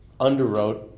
underwrote